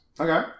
Okay